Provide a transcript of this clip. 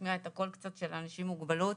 להשמיע את הקול של אנשים עם מוגבלות.